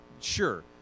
sure